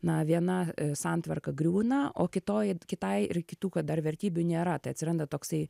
na viena santvarka griūna o kitoj kitai ir kitų kad dar vertybių nėra tai atsiranda toksai